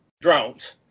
drones